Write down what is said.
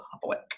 public